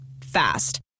Fast